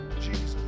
Jesus